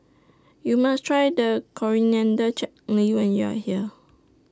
YOU must Try The Coriander Chutney when YOU Are here